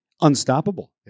unstoppable